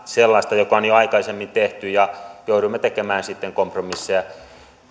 sellaista joka on jo aikaisemmin tehty ja joudumme tekemään sitten kompromisseja